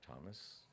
Thomas